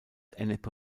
ennepe